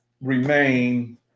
remain